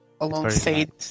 alongside